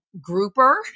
grouper